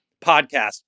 podcast